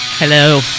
Hello